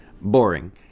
boring